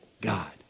God